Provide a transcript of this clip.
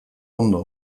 ondo